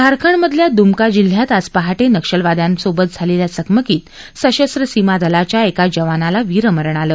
झारखंडमधल्या दुमका जिल्ह्यात आज पहाटे नक्षलवाद्यांसोबत झालेल्या चकमकीत सशस्त्र सीमा दलाच्या एका जवानाला वीरमरण आलं